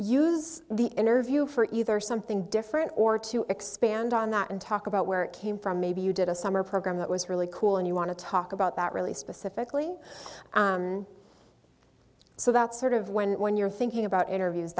se the interview for either something different or to expand on that and talk about where it came from maybe you did a summer program that was really cool and you want to talk about that really specifically so that sort of when when you're thinking about interviews